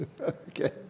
Okay